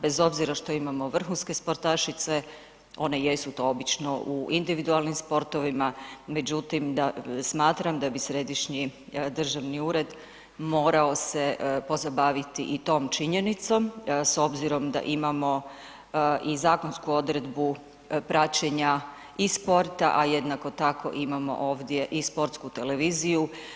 Bez obzira što imamo vrhunske sportašice, one jesu to obično u individualnim sportovima, međutim smatram da bi Središnji državni ured morao se pozabaviti i tom činjenicom s obzirom da imamo i zakonsku odredbu praćenja i sporta a jednako tako imamo ovdje i sportsku televiziju.